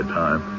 time